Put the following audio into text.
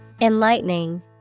Enlightening